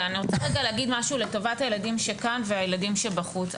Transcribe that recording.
אני רוצה להגיד משהו לטובת הילדים שכאן והילדים שבחוץ.